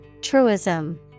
Truism